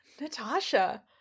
Natasha